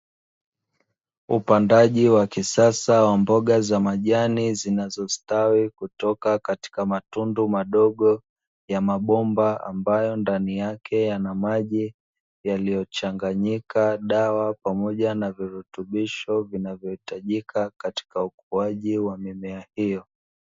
Upandaji wa kisasa wa mboga za majani, zinazostawi kutoka katika matundu madogo ya mabomba ambayo ndani yake yana maji, yaliyochanganyika dawa pamoja na vurutubisho vinavyohitajika katika ukuaji wa mimea hiyo.